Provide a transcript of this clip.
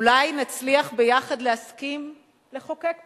אולי נצליח ביחד להסכים לחוקק פחות,